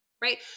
Right